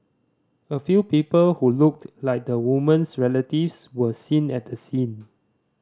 a few people who looked like the woman's relatives were seen at the scene